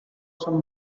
some